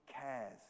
cares